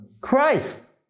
Christ